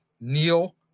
Neil